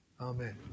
Amen